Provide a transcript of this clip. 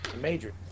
major